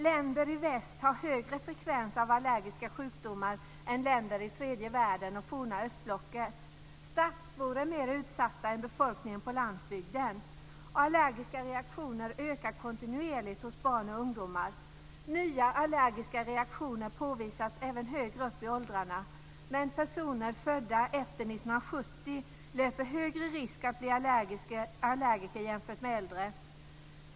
Länder i väst har högre frekvens av allergiska sjukdomar än länder i tredje världen och forna östblocket. Stadsbor är mer utsatta än befolkningen på landsbygden. De allergiska reaktionerna ökar kontinuerligt hos barn och ungdomar. Nya allergiska reaktioner påvisas även högre upp i åldrarna, men personer födda efter 1970 löper högre risk att bli allergiker än äldre.